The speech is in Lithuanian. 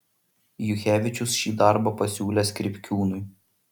juchevičius šį darbą pasiūlė skripkiūnui